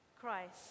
Christ